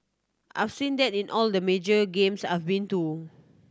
I've seen that in all the major games I've been too